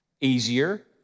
easier